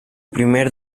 primer